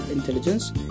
Intelligence